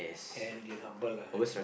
and be humble ah